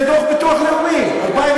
זה דוח המוסד לביטוח לאומי 2012,